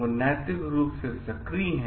वो नैतिक रूप से सक्रिय हैं